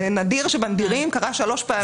זה נדיר שבנדירים, קרה שלוש פעמים.